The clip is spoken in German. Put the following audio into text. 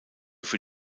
für